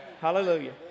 Hallelujah